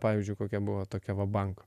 pavyzdžiui kokia buvo tokia vabank